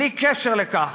בלי קשר לכך,